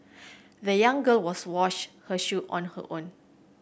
the young girl was wash her shoe on her own